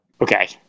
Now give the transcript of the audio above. Okay